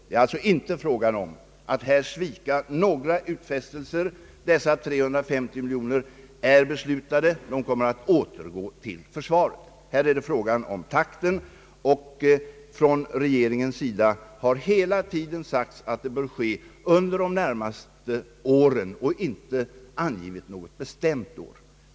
Det är alltså här inte fråga om att svika några utfästelser. Dessa 350 miljoner kronor är beslutade, och de kommer att återgå till försvaret. Här är det fråga om takten, och regeringen har hela tiden sagt att detta bör ske under de närmaste åren och inte angett något bestämt år.